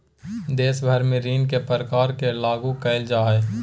देश भर में ऋण के प्रकार के लागू क़इल जा हइ